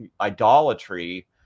idolatry